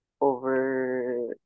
over